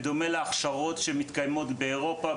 וזה בדומה להכשרות שמתקיימות באירופה,